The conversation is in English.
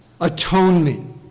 atonement